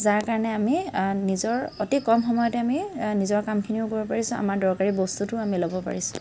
যাৰকাৰণে আমি নিজৰ অতি কম সময়তে আমি নিজৰ কামখিনিও কৰিব পাৰিছোঁ আমাৰ দৰকাৰী বস্তুটোও আমি ল'ব পাৰিছোঁ